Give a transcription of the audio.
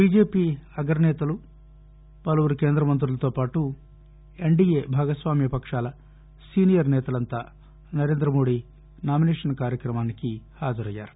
BJP అగ్గ నేతలు పలువురి కేంద్ర మంతులతోపాటు ఎన్డీఏ భాగస్వామ్య పక్షాల సీనియర్ నేతలంతా నరేందమోదీ నామినేషన్ కార్యక్రమానికి హాజరయ్యారు